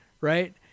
right